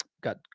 got